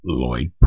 Lloyd